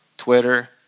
Twitter